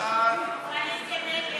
ההסתייגות של חבר